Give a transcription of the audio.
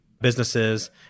businesses